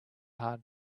hard